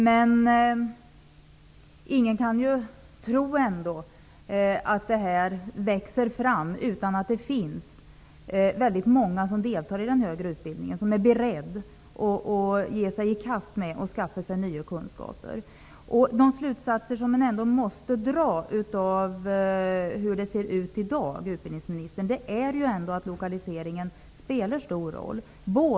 Men ingen kan ju ändå tro att detta växer fram utan att många av dem som går i den högre utbildningen är beredda att ge sig i kast med att skaffa sig nya kunskaper. En av de slutsatser som man ändå måste dra av dagens situation, utbildningsministern, är att lokaliseringen spelar stor roll.